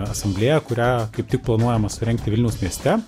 asamblėją kurią kaip tik planuojama surengti vilniaus mieste